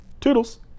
Toodles